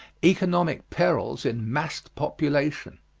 economic perils in massed population.